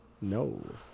No